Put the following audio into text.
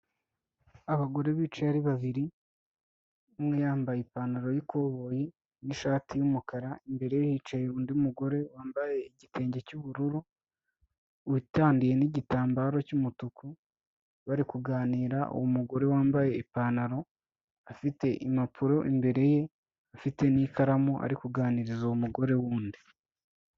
Abagore bicaye ari babiri, umwe yambaye ipantaro y'ikoboyi n'ishati y'umukara, imbere ye hicaye undi mugore wambaye igitenge cy'ubururu, witandiye n'igitambaro cy'umutuku, bari kuganira uwo mugore wambaye ipantaro afite impapuro imbere ye, afite n'ikaramu ari kuganiriza uwo mugore wundi.